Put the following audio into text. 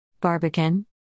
Barbican